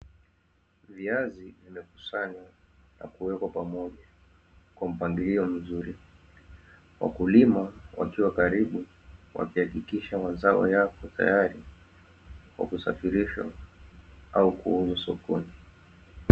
Viazi vimekusanywa na kuwekwa pamoja kwa mpangilio mzuri. Wakulima wakiwa karibu wakihakikisha mazao yapo tayari kwa kusafirishwa au kuuzwa sokoni.